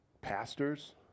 pastors